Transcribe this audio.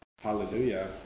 hallelujah